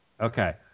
Okay